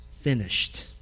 Finished